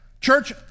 Church